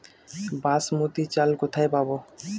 বাসমতী চাল কোথায় পাবো?